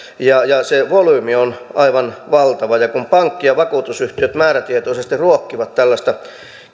se volyymi on aivan valtava kun pankki ja vakuutusyhtiöt määrätietoisesti ruokkivat tällaista